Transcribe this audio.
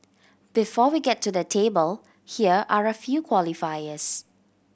before we get to the table here are a few qualifiers